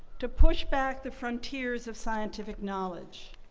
to push back the frontiers of scientific knowledge,